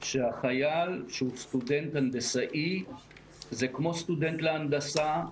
הוא טיוטת תקנות להערות הציבור,